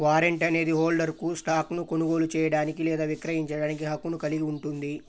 warrant అనేది హోల్డర్కు స్టాక్ను కొనుగోలు చేయడానికి లేదా విక్రయించడానికి హక్కును కలిగి ఉంటుంది